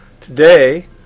Today